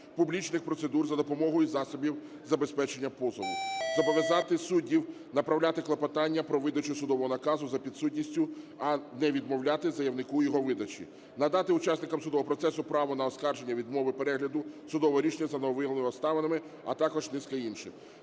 публічних процедур за допомогою засобів забезпечення позову; зобов'язати суддів направляти клопотання про видачу судового наказу за підсудністю, а не відмовляти заявнику в його видачі; надати учасникам судового процесу право на оскарження відмови перегляду судового рішення за нововиявленими обставинами, а також низка інших.